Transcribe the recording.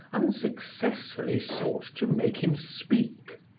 unsuccessfully sought to make him speak,